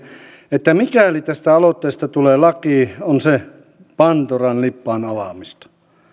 että mikäli tästä aloitteesta tulee laki on se pandoran lippaan avaamista